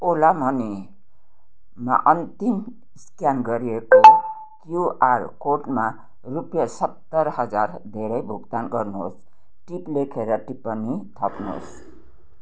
ओला मनीमा अन्तिम स्क्यान गरिएको क्युआर कोडमा रुपियाँ सत्तर हजार धेरै भुक्तान गर्नुहोस् टिप लेखेर टिप्पणी थप्नुहोस्